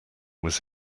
was